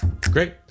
Great